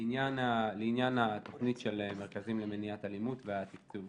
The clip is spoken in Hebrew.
לעניין התכנית של מרכזים למניעת אלימות והתקצוב,